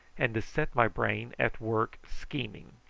and to set my brain at work scheming.